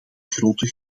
grote